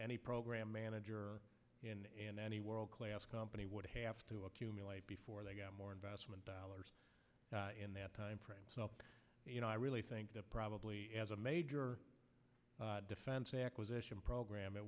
any program manager in any world class company would have to accumulate before they got more investment dollars in that timeframe you know i really think that probably as a major defense acquisition program it